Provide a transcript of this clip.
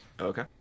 Okay